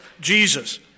Jesus